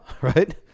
right